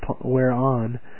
whereon